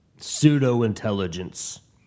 Pseudo-intelligence